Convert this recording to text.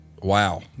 Wow